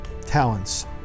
talents